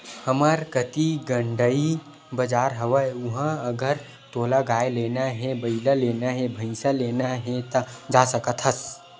हमर कती गंड़ई बजार हवय उहाँ अगर तोला गाय लेना हे, बइला लेना हे, भइसा लेना हे ता जा सकत हस